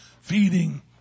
feeding